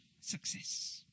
success